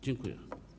Dziękuję.